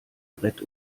brett